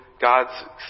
God's